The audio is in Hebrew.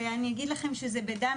ואני אגיד לכם שזה בדם,